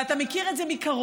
ואתה מכיר את זה מקרוב.